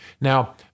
Now